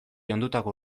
ondutako